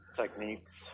techniques